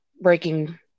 breaking